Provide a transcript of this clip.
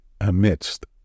amidst